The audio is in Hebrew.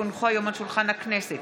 כי הונחו היום על שולחן הכנסת,